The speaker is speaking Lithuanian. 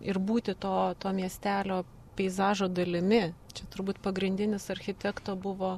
ir būti to to miestelio peizažo dalimi čia turbūt pagrindinis architekto buvo